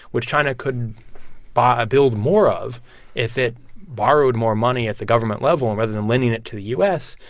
which china could but build more of if it borrowed more money at the government level, and rather than lending it to the u s,